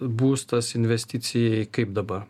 būstas investicijai kaip dabar